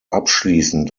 abschließend